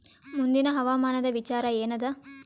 ಮುಂದಿನ ಹವಾಮಾನದ ವಿಚಾರ ಏನದ?